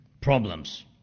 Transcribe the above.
problems